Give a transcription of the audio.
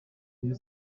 rayon